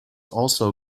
also